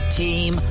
team